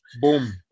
Boom